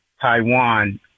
Taiwan